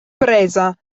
presa